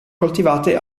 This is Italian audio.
coltivate